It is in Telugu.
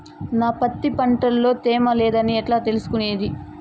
నా పత్తి పంట లో తేమ లేదని ఎట్లా తెలుసుకునేది?